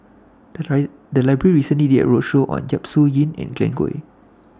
The Library recently did A roadshow on Yap Su Yin and Glen Goei